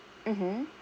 mmhmm